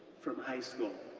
from high school,